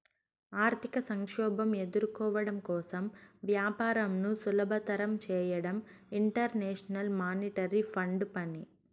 ఆర్థిక సంక్షోభం ఎదుర్కోవడం కోసం వ్యాపారంను సులభతరం చేయడం ఇంటర్నేషనల్ మానిటరీ ఫండ్ పని